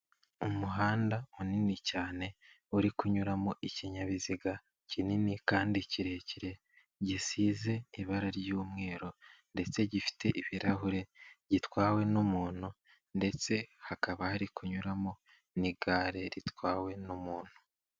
Umuhanda munini cyane uri kunyuramo ikinyabiziga kinini kandi kirekire gisize ibara ry'umweru, ndetse gifite ibirahure gitwawe n'umuntu, ndetse hakaba hari kunyuramo n'igare ritwawe n'umuntu.